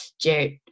jared